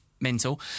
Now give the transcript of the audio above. mental